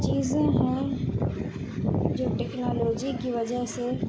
چیزیں ہیں جو ٹیکنالوجی کی وجہ سے